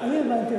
אני הבנתי אותו.